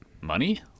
money